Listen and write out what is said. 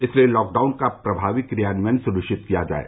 इसलिए लॉकडाउन का प्रभावी क्रियान्वयन सुनिश्चित किया जाये